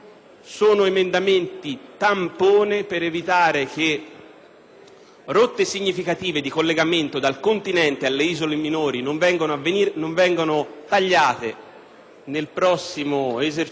rotte significative di collegamento dal continente alle isole minori vengano tagliate nel prossimo esercizio finanziario e soprattutto - come ci è stato detto dall'amministratore delegato Pecorini